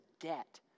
debt